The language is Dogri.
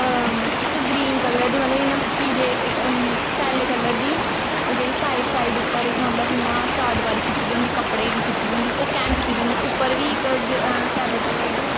इक ग्रीन कलर दी मतलब इ'यां पीले नेईं सैल्ले कलर दी ओह् जेह्ड़ी साइड साइड उप्पर मतलब इ'यां चार दवारी कित्ती दी होंदी कपड़े दी कीती दी होंदी ओह् कैंह् कित्ती दी होंदी उप्पर बी इक सैल्ले कलर दी